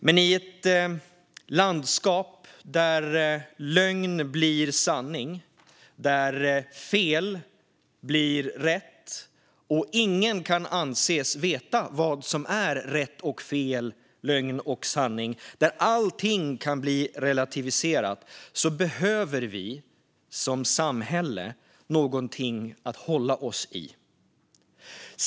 Men i ett landskap där lögn blir sanning, där fel blir rätt, där ingen kan anses veta vad som är rätt eller fel, lögn eller sanning och där allting kan relativiseras behöver vi som samhälle någonting att hålla oss i.